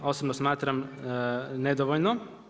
Osobno smatram nedovoljno.